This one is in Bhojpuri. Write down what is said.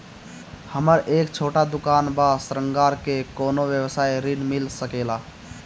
हमर एक छोटा दुकान बा श्रृंगार के कौनो व्यवसाय ऋण मिल सके ला?